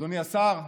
אדוני השר,